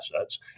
assets